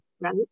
right